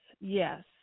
yes